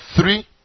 three